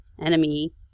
enemy